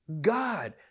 God